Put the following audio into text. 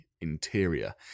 Interior